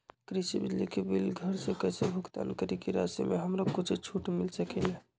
कृषि बिजली के बिल घर से कईसे भुगतान करी की राशि मे हमरा कुछ छूट मिल सकेले?